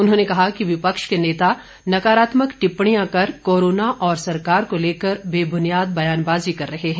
उन्होंने कहा कि विपक्ष के नेता नकारात्मक टिप्पणियां कर कोरोना और सरकार को लेकर बेबुनियाद बयानबाजी कर रहे हैं